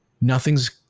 nothing's